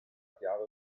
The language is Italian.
chiave